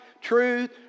truth